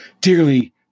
Dearly